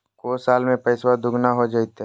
को साल में पैसबा दुगना हो जयते?